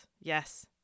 yes